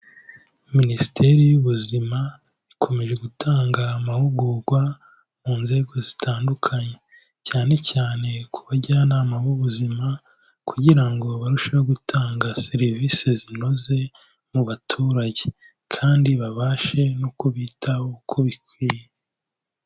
Minisiteri y'ubuzima ikomeje gutanga amahugurwa mu nzego zitandukanye, cyane cyane ku bajyanama b'ubuzima kugira ngo barusheho gutanga serivisi zinoze mu baturage kandi babashe no kubitaho uko bikwiye.